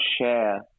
share